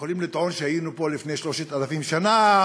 יכולים לטעון שהיינו פה לפני 3,000 שנה.